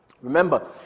Remember